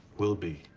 will be?